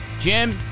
Jim